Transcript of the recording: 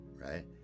Right